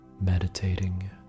meditating